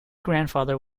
grandfather